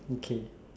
okay